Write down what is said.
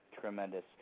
Tremendous